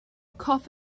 cough